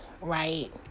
right